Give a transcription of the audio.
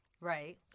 Right